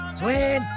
twin